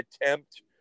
attempt